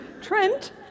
Trent